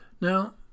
Now